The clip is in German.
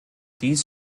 dies